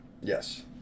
yes